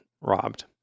robbed